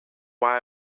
why